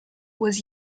was